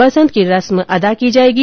बसंत की रस्म अदा की जाएगी